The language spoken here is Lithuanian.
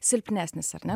silpnesnis ar ne